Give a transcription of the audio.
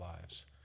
lives